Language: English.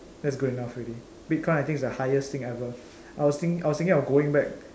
that's good enough already bitcoin I think is the highest thing ever I was think I was thinking of going back